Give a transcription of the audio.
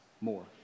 More